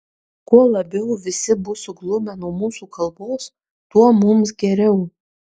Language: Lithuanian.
kuo labiau visi bus suglumę nuo mūsų kalbos tuo mums geriau